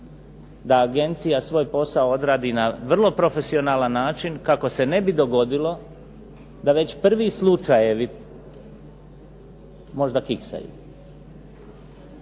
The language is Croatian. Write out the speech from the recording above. da agencija svoj posao odradi na vrlo profesionalan način kako se ne bi dogodilo da već prvi slučajevi možda kiksaju.